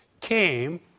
came